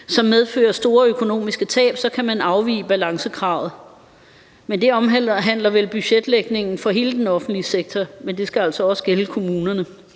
som medfører store økonomiske tab, kan man afvige fra balancekravet. Det omhandler vel budgetlægningen for hele den offentlige sektor, men det skal altså også gælde kommunerne